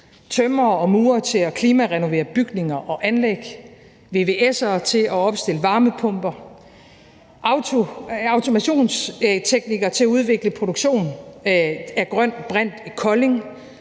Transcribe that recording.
tømrere og murere til at klimarenovere bygninger og anlæg, vvs'ere til at opstille varmepumper, automationsteknikere til at udvikle produktion af grøn brint i Kolding,